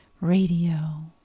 radio